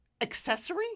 accessory